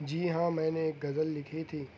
جی ہاں میں نے ایک غزل لکھی تھی